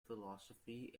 philosophy